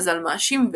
מזל מעשיר,